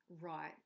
right